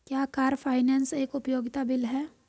क्या car finance एक उपयोगिता बिल है?